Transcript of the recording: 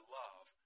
love